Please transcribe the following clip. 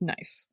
Nice